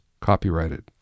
copyrighted